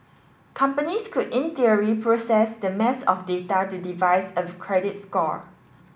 companies could in theory process that mass of data to devise a credit score